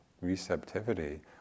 receptivity